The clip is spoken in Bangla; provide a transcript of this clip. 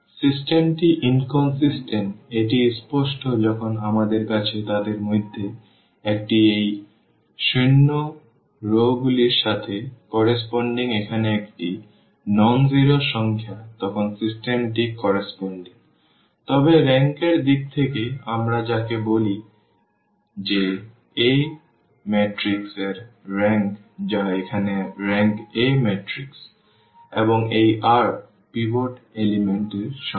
সিস্টেমটি অসামঞ্জস্যপূর্ণ এটি স্পষ্ট যখনই আমাদের কাছে তাদের মধ্যে একটি এই শূন্য রওগুলির সাথে সামঞ্জস্যপূর্ণ এখানে একটি অ শূন্য সংখ্যা তখন সিস্টেমটি অসামঞ্জস্যপূর্ণ তবে রেংক এর দিক থেকে আমরা যাকে বলতে পারি যে A ম্যাট্রিক্স এর রেংক যা এখানে RankAম্যাট্রিক্স এটি এই r পিভট উপাদান এর সংখ্যা